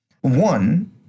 one